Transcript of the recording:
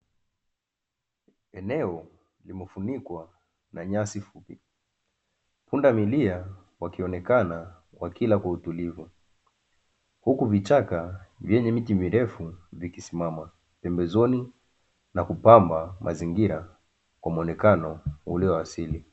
Eneo limefunikwa na nyasi fupi, pundamilia wakionekana wakila kwa utulivu, huku vichaka vyenye miti mirefu vikisimama pembezoni na kupamba mazingira, kwa muonekano ulio asili.